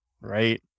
Right